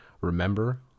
Remember